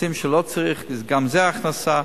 מסים שלא צריך, גם זה הכנסה.